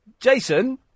Jason